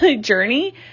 journey